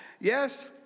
Yes